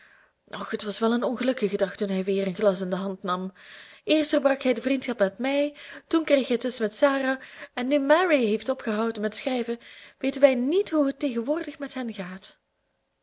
het was wel een ongelukkige dag toen hij weer een glas in de hand nam eerst verbrak hij de vriendschap met mij toen kreeg hij twist met sarah en nu mary heeft opgehouden met schrijven weten wij niet hoe het tegenwoordig met hen gaat